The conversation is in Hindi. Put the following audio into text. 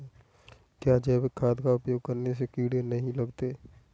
क्या जैविक खाद का उपयोग करने से कीड़े नहीं लगते हैं?